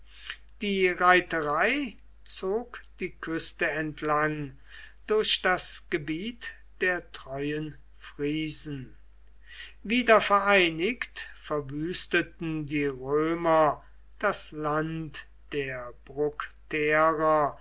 die reiterei zog die küste entlang durch das gebiet der treuen friesen wieder vereinigt verwüsteten die römer das land der